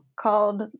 called